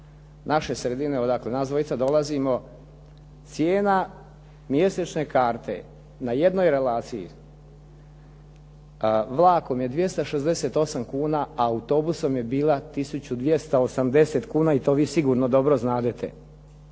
naše sredine odakle nas dvojica dolazimo, cijena mjesečne karte na jednoj relaciji vlakom je 268 kuna, autobusom je bila 1280 kuna i to vi sigurno dobro znadete.